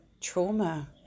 trauma